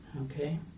okay